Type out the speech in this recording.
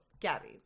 Gabby